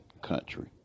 country